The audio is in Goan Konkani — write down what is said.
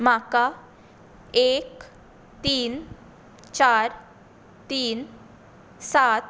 म्हाका एक तीन चार तीन सात